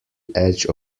edge